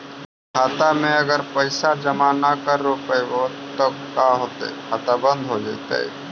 खाता मे अगर पैसा जमा न कर रोपबै त का होतै खाता बन्द हो जैतै?